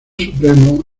supremo